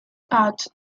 arts